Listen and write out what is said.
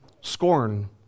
scorn